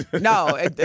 No